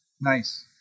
Nice